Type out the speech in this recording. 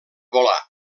volar